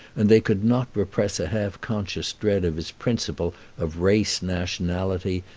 and they could not repress a half-conscious dread of his principle of race nationality,